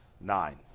Nine